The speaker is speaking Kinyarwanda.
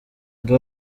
ndi